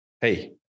hey